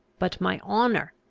but my honour,